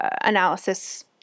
analysis